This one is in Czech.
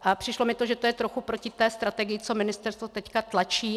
A přišlo mi, že je to trochu proti té strategii, co ministerstvo teď tlačí.